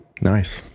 Nice